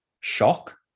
shock